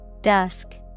Dusk